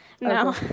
No